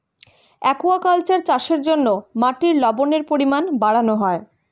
aquaculture চাষের জন্য মাটির লবণের পরিমাণ বাড়ানো হয়